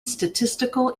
statistical